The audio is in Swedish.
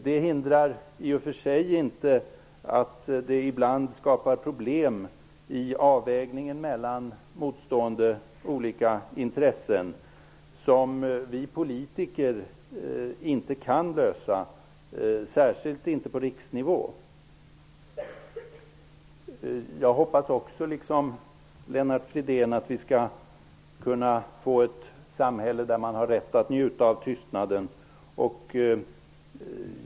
Det hindrar inte att det ibland uppstår problem i avvägningen mellan olika, motstående intressen. Det är problem som inte vi politiker kan lösa, särskilt inte på riksnivå. Liksom Lennart Fridén hoppas jag att vi skall kunna få ett samhälle där man har rätt att njuta av tystnaden.